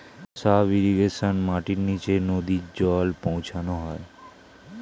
sub irrigation মাটির নিচে নদী জল পৌঁছানো হয়